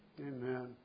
Amen